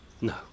No